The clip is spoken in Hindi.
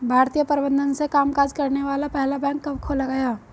भारतीय प्रबंधन से कामकाज करने वाला पहला बैंक कब खोला गया?